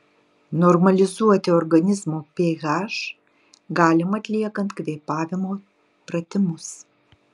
normalizuoti organizmo ph galima atliekant kvėpavimo pratimus